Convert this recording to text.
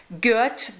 good